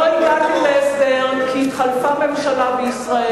לא הגענו להסדר כי התחלפה ממשלה בישראל.